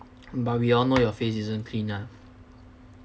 but we all know your face isn't clean ah